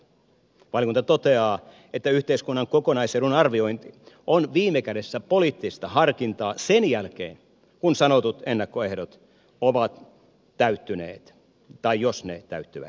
valiokunta toteaa että yhteiskunnan kokonaisedun arviointi on viime kädessä poliittista harkintaa sen jälkeen kun sanotut ennakkoehdot ovat täyttyneet tai jos ne täyttyvät